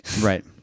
Right